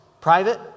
Private